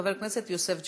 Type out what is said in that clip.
חבר הכנסת יוסף ג'בארין,